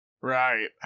Right